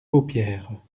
paupières